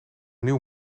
nieuw